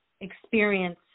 experience